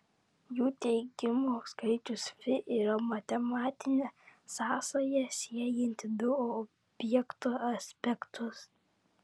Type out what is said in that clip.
jų teigimu skaičius fi yra matematinė sąsaja siejanti du objekto aspektus